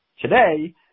Today